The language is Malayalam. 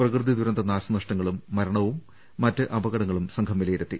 പ്രകൃതി ദുരന്ത നാശനഷ്ടങ്ങളും മരണവും മറ്റ് അപകടങ്ങളും സംഘം വിലയിരുത്തി